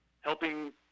helping